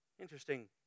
Interesting